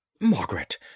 Margaret